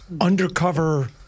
undercover